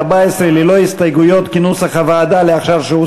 שיכון (הלוואות לדיור לחסרי,